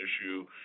issue